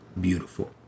beautiful